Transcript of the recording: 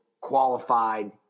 qualified